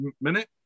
minute